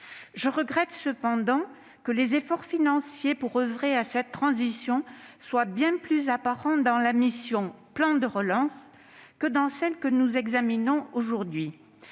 Je regrette cependant que les efforts financiers consentis pour oeuvrer à cette transition soient bien plus apparents dans la mission « Plan de relance » que dans celle que nous examinons aujourd'hui.